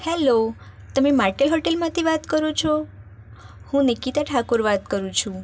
hello તમે માટેલ હોટલમાંથી વાત કરો છો હું નિકિતા ઠાકુર વાત કરું છું